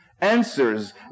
answers